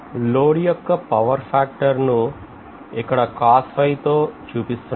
load యొక్క power factor ను ఇక్కడ యోచూపిస్తున్నాం